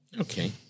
Okay